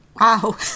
Wow